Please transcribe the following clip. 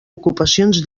ocupacions